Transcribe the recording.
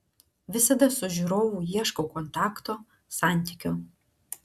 visada su žiūrovu ieškau kontakto santykio